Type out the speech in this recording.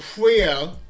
prayer